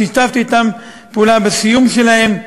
שיתפתי אתם פעולה בסיום שלהם,